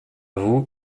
vous